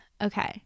Okay